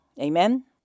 Amen